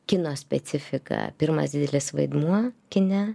kino specifika pirmas didelis vaidmuo kine